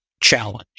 challenge